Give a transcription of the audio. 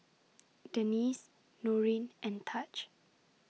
Denese Norine and Taj